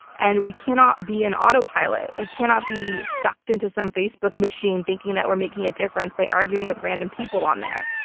and we cannot be in autopilot. we cannot be sucked into some facebook machine thinking that we're making a difference by arguing with random people on there.